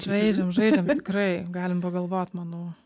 žaidžiam žaidžiam tikrai galim pagalvo manau